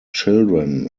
children